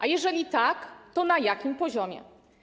A jeżeli tak, to na jakim poziomie?